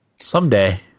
Someday